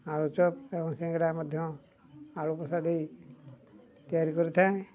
ଆଳୁଚପ୍ ଏବଂ ସିଙ୍ଗଡ଼ା ମଧ୍ୟ ଆଳୁ କଷା ଦେଇ ତିଆରି କରିଥାଏ